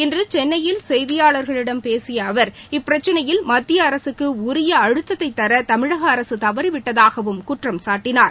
இன்று சென்னையில் செய்தியாளாகளிடம் பேசிய அவர் இப்பிரச்சினையில் மத்தியஅரசுக்கு உரிய அழுத்தத்தை தர தமிழக அரசு தவறிவிட்டதாகவும் குற்றம் சாட்டினார்